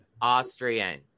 Austrian